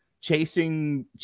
chasing